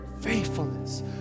faithfulness